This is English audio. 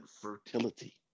fertility